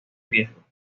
riesgo